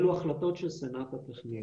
אלה החלטות של סנאט הטכניון.